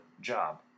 job